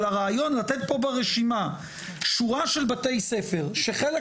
אבל הרעיון לתת פה ברשימה שורה של בתי ספר שחלק